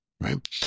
right